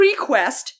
prequest